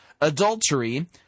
adultery